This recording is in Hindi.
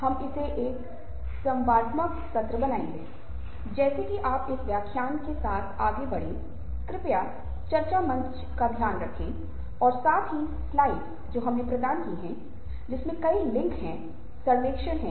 हम उस बारे में बात करेंगे लेकिन इससे पहले मैं आपसे भावनात्मक बुद्धिमत्ता पर बात करने और सुनने के बारे में दोबारा सुनिश्चित करने के लिए कहूँगा जहाँ हमने सहानुभूति सुनने के बारे में बात की थी जहाँ आप दूसरों को समझने की कोशिश कर रहे हैं